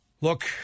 Look